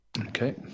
Okay